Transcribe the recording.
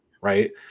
Right